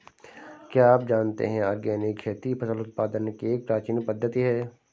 क्या आप जानते है ऑर्गेनिक खेती फसल उत्पादन की एक प्राचीन पद्धति है?